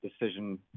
decision